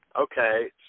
Okay